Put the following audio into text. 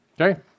Okay